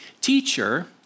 Teacher